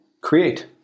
create